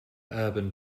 urban